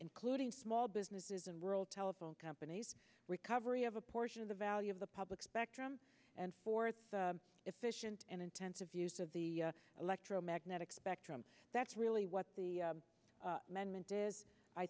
including small businesses and rural telephone companies recovery of a portion of the value of the public spectrum and fourth efficient and intensive use of the electromagnetic spectrum that's really what the